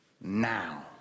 now